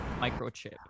microchip